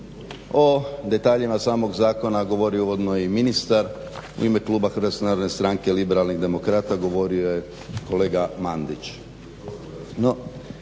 O detaljima samog govorio je uvodno i ministar, u ime kluba HNS Liberalnih demokrata govorio je kolega Mandić. No,